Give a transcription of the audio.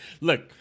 Look